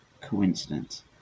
coincidence